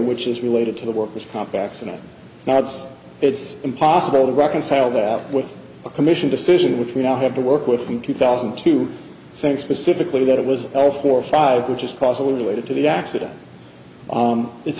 which is related to the worker's comp accident now it's it's impossible to reconcile that with a commission decision which we now have to work with from two thousand to think specifically that it was four or five which is across the way to the accident it's